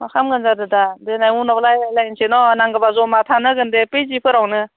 मा खालामगोन जादो दा देनां उनाव रायज्लाय लायनोसै न नांगोब्ला जमा थानो होगोन दे पिजिफोरावनो